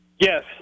Yes